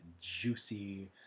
juicy